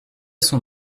façon